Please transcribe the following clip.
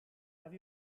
have